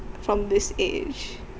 from this age